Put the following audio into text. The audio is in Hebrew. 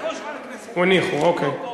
הניחו, אוקיי.